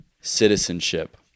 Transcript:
citizenship